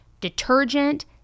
detergent